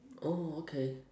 oh okay